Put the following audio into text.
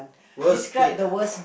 worst date ah